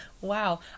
wow